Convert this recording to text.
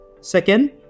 Second